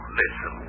listen